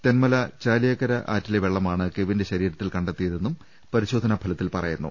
തെന്മല ചാലിയേക്കര ആറ്റിലെ വെളളമാണ് കെവിന്റെ ശരീരത്തിൽ കണ്ടെത്തിയതെന്നും പരിശോധനാഫലത്തിൽ പറയുന്നു